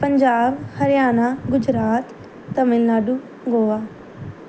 Punjab Haryana Gujarat Tamil Nadu Goa